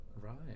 Right